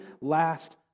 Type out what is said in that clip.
last